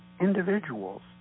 individuals